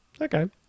Okay